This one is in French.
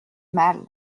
mal